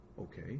okay